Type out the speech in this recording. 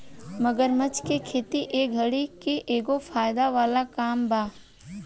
मगरमच्छ के खेती ए घड़ी के एगो फायदा वाला काम बा